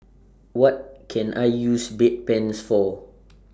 What Can I use Bedpans For